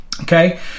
Okay